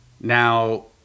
Now